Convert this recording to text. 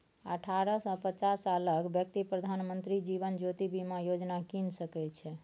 अठारह सँ पचास सालक बेकती प्रधानमंत्री जीबन ज्योती बीमा योजना कीन सकै छै